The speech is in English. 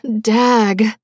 dag